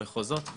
מחוזות,